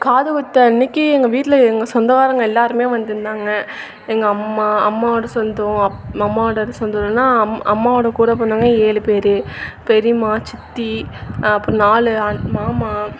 காது குத்து அன்றைக்கி எங்கள் வீட்டில் எங்கள் சொந்தக்காரங்க எல்லோருமே வந்துருந்தாங்க எங்கள் அம்மா அம்மாவோடய சொந்தம் அப் அம்மாவோடய சொந்தம்லாம் அம் அம்மாவோடய கூட பிறந்தவுங்க ஏழு பேர் பெரிம்மா சித்தி அப்புறம் நாலு அண் மாமா